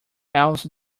else